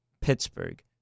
Pittsburgh